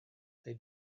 they